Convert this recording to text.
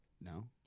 no